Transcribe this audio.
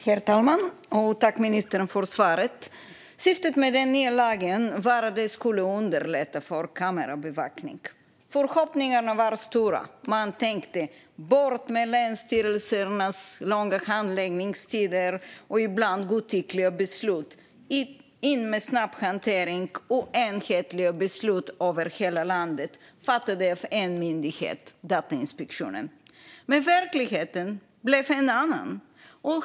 Herr talman! Tack, ministern, för svaret! Syftet med den nya lagen var att det skulle underlätta för kamerabevakning. Förhoppningarna var stora. Man tänkte: Bort med länsstyrelsernas långa handläggningstider och ibland godtyckliga beslut, in med snabb hantering och enhetliga beslut över hela landet fattade av en myndighet, Datainspektionen. Men verkligheten blev en annan.